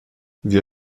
wir